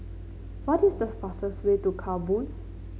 what is the fastest way to Kabul